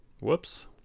Whoops